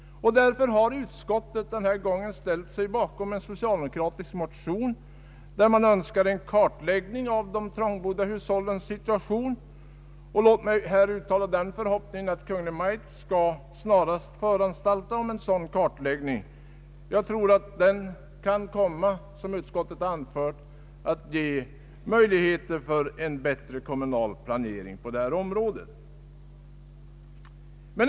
Därför har utskottet denna gång ställt sig bakom en socialdemokratisk motion, i vilken man önskar en kartläggning av de trångbodda hushållens situation. Låt mig här uttala förhoppningen att Kungl. Maj:t snarast skall föranstalta om en sådan kartlägg ning. Jag tror att den — som utskottet anfört — kan komma att ge möjligheter för en bättre kommunal planering på detta område.